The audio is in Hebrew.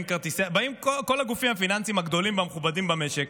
באים כל הגופים הפיננסיים הגדולים והמכובדים במשק,